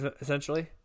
essentially